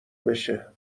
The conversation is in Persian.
بشه